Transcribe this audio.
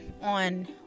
on